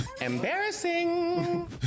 Embarrassing